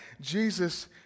Jesus